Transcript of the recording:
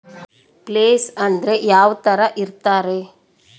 Place ಅಂದ್ರೆ ಯಾವ್ತರ ಇರ್ತಾರೆ?